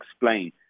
explain